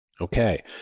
Okay